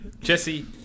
Jesse